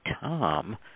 Tom